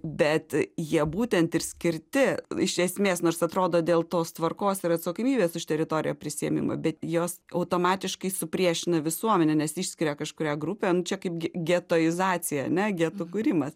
bet jie būtent ir skirti iš esmės nors atrodo dėl tos tvarkos ir atsakomybės už teritoriją prisiėmimą bet jos automatiškai supriešina visuomenę nes išskiria kažkurią grupę nu čia kaipgi getoizacija ane getų kūrimas